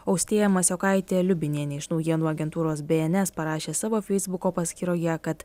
austėja masiokaitė liubinienė iš naujienų agentūros bns parašė savo feisbuko paskyroje kad